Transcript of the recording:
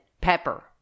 pepper